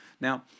Now